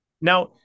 now